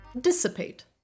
dissipate